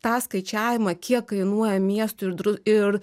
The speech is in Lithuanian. tą skaičiavimą kiek kainuoja miestui ir dru ir